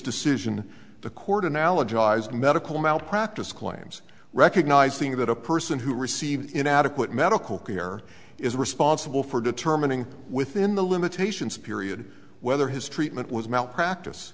decision the court analogized medical malpractise claims recognizing that a person who received in adequate medical care is responsible for determining within the limitations period whether his treatment was malpracti